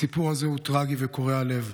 הסיפור הזה טרגי וקורע לב,